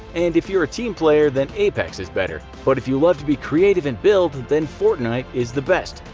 and if you're a team player then apex is better, but if you love to be creative and build then fortnite is the best.